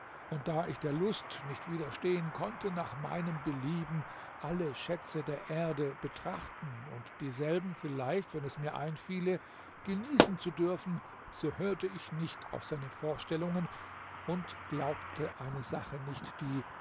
und da ich der lust nicht widerstehen konnte nach meinem belieben alle schätze der erde betrachten und dieselben vielleicht wenn es mir einfiele genießen zu dürfen so hörte ich nicht auf seine vorstellungen und glaubte eine sache nicht die